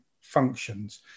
functions